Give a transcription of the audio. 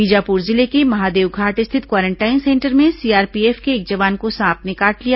बीजापुर जिले के महादेवघाट स्थित क्वारेंटाइन सेंटर में सीआरपीएफ के एक जवान को सांप ने काट लिया